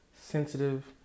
sensitive